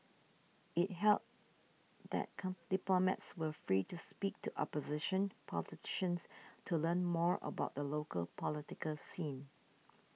it held that come diplomats were free to speak to opposition politicians to learn more about the local political scene